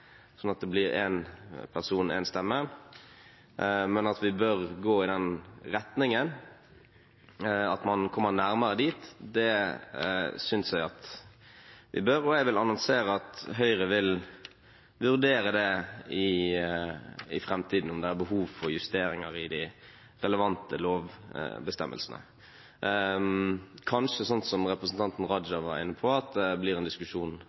blir én person, én stemme, men vi bør gå i den retningen, komme nærmere dit, det synes jeg at vi bør, og jeg vil annonsere at Høyre i framtiden vil vurdere om det er behov for justeringer i de relevante lovbestemmelsene, kanskje sånn som representanten Raja var inne på, at det blir en diskusjon